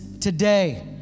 today